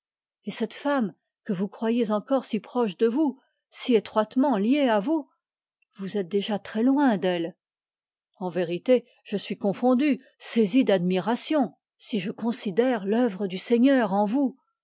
et cette femme que vous croyez encore si proche de vous si étroitement liée à vous vous êtes déjà très loin d'elle en vérité je suis confondu saisi d'admiration si je considère l'œuvre du seigneur en vous